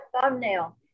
thumbnail